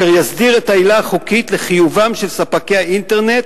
אשר תסדיר את העילה החוקית לחיובם של ספקי האינטרנט